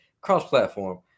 cross-platform